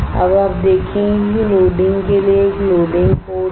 अब आप देखेंगे कि लोडिंग के लिए एक लोडिंग पोर्ट है